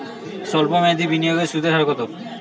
সল্প মেয়াদি বিনিয়োগের সুদের হার কত?